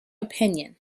opinion